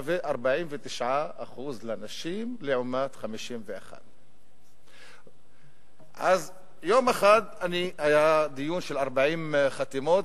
49% לעומת 51%. יום אחד היה דיון של 40 חתימות.